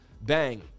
bang